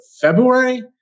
February